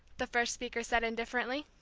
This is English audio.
the first speaker said indifferently.